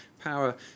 power